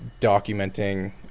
documenting